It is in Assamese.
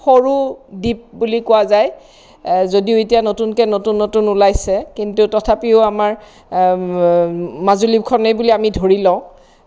সৰু দ্বীপ বুলি কোৱা যায় যদিও এতিয়া নতুনকৈ নতুন নতুন ওলাইছে কিন্তু তথাপিও আমাৰ মাজুলীখনেই বুলি আমি ধৰি লওঁ